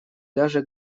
даже